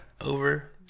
over